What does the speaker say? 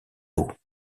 haut